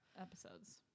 episodes